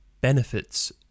benefits